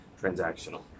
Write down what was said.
transactional